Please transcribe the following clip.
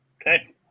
Okay